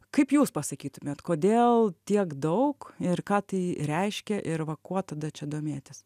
kaip jūs pasakytumėt kodėl tiek daug ir ką tai reiškia ir va kuo tada čia domėtis